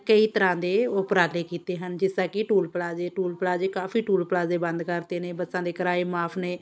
ਕਈ ਤਰ੍ਹਾਂ ਦੇ ਉਪਰਾਲੇ ਕੀਤੇ ਹਨ ਜਿਸ ਤਰ੍ਹਾਂ ਕਿ ਟੂਲ ਪਲਾਜੇ ਟੂਲ ਪਲਾਜੇ ਕਾਫ਼ੀ ਟੂਲ ਪਲਾਜੇ ਬੰਦ ਕਰਤੇ ਨੇ ਬੱਸਾਂ ਦੇ ਕਿਰਾਏ ਮਾਫ਼ ਨੇ